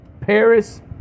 Paris